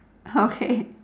okay